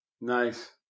Nice